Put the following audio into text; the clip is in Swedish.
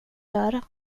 göra